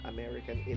American